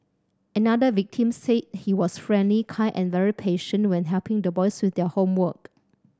another victim said he was friendly kind and very patient when helping the boys with their homework